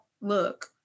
look